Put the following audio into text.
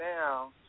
now